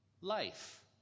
life